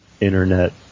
internet